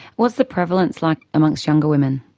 what's the prevalence like amongst younger women?